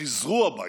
חזרו הביתה,